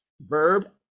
verb